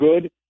good